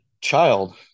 child